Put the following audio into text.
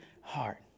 heart